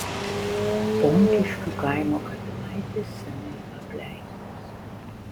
ponkiškių kaimo kapinaitės seniai apleistos